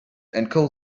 encode